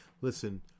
Listen